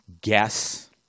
guess